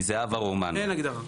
מזהבה רומנו,